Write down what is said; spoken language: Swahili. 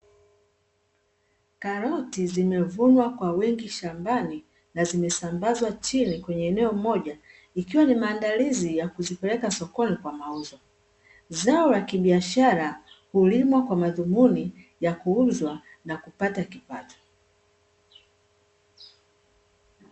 Karoti zimevunwa kwa wingi Shambani na zimesambazwa chini kwenye eneo moja ikiwa ni maandalizi ya kuzipeleka sokoni kwa mauzo, zao la kibiashara hulimwa kwa madhumuni ya kuuzwa na kupata kipato.